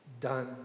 done